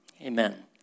Amen